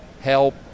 help